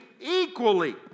equally